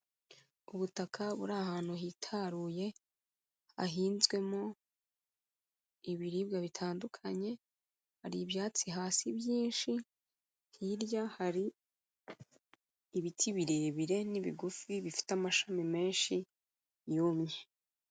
Ubutaka buri ahantu hitaruye hahinzwemo ibiribwa bitandukanye, hari ibyatsi hasi byinshi, hirya hari ibiti birebire n'ibigufi bifite amashami menshi yumye.